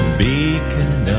beacon